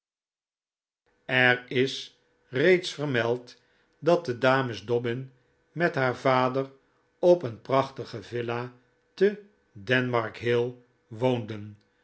er is reeds vermeld dat de dames dobbin met haar vader op een prachtige villa te denmark hill woonden